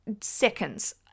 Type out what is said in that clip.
seconds